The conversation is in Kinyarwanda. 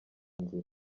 nzira